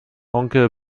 onkel